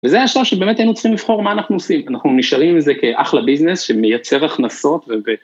וזה היה שלב שבאמת היינו צריכים לבחור מה אנחנו עושים. אנחנו נשארים עם זה כאחלה ביזנס שמייצר הכנסות ו...